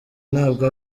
ntabwo